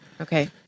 Okay